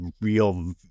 real